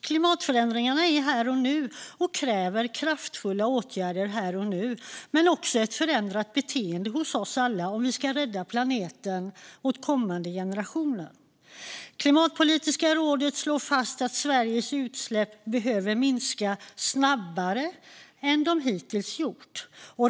Klimatförändringarna är här och nu och kräver kraftfulla åtgärder här och nu men också ett förändrat beteende hos oss alla om vi ska rädda planeten åt kommande generationer. Klimatpolitiska rådet slår fast att Sveriges utsläpp behöver minska snabbare än de hittills har gjort.